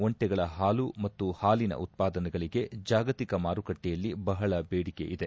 ಒಂಟೆಗಳ ಹಾಲು ಮತ್ತು ಹಾಲಿನ ಉತ್ಪಾದನೆಗಳಿಗೆ ಜಾಗತಿಕ ಮಾರುಕಟ್ಟೆಯಲ್ಲಿ ಬಹಳ ಬೇಡಿಕೆಯಿದೆ